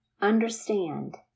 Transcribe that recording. understand